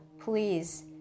please